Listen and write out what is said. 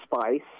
spice